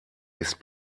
ist